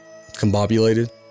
combobulated